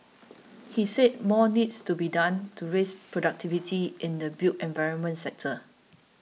he said more needs to be done to raise productivity in the built environment sector